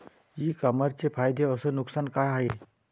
इ कामर्सचे फायदे अस नुकसान का हाये